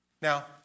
Now